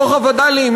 בתוך הווד"לים,